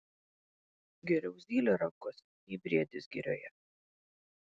geriau zylė rankose nei briedis girioje